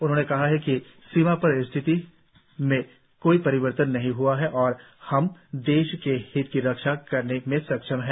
उन्होंने कहा कि सीमा की स्थिति में कोई परिवर्तन नहीं हुआ है और हम देश के हितों की रक्षा करने में सक्षम हैं